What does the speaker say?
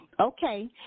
Okay